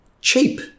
cheap